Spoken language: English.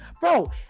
Bro